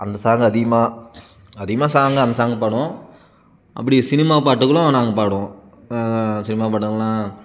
அந்த சாங்கை அதிகமாக அதிகமாக சாங்கு அந்த சாங்கு பாடுவோம் அப்படியே சினிமா பாட்டுகளும் நாங்கள் பாடுவோம் சினிமா பாட்டுங்கள்னால்